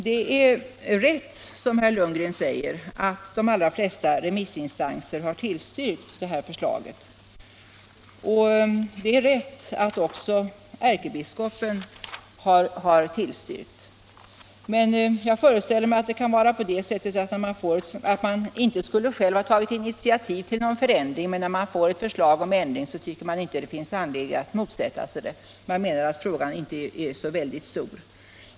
Det är rätt som herr Lundgren säger att de flesta remissinstanser — även ärkebiskopen — har tillstyrkt detta förslag. Jag föreställer mig att det kan vara på det sättet att man inte skulle själv ha tagit initiativ till någon förändring, men när man får ett förslag om ändring så tycker man inte det finns anledning att motsätta sig det. Man menar att frågan inte är så väldigt stor.